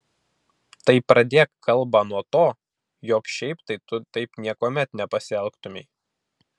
tai pradėk kalbą nuo to jog šiaip tai tu taip niekuomet nepasielgtumei